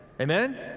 Amen